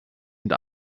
mit